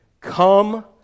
Come